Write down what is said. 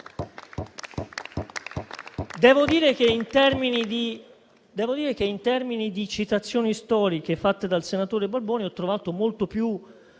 In termini di citazioni storiche fatte dal senatore Balboni, ho trovato molto più